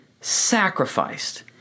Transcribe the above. sacrificed